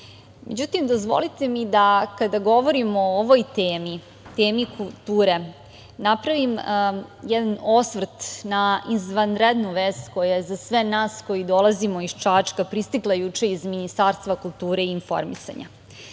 predlogu.Međutim, dozvolite mi da, kada govorimo o ovoj temi, temi kulture, napravim jedan osvrt na izvanrednu vest koja je za sve nas koji dolazimo iz Čačka pristigla juče iz Ministarstva kulture i informisanja. Na